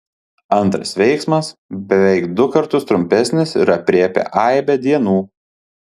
antras veiksmas beveik du kartus trumpesnis ir aprėpia aibę dienų